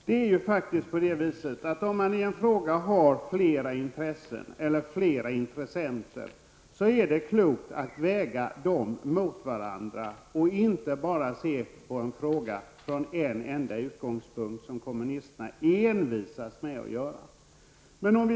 Fru talman! Om det i en fråga finns flera intressen och intressenter är det faktiskt klokt att väga dem mot varandra och inte bara se på frågan från en enda utgångspunkt, som kommunisterna envisas med att göra.